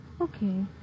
Okay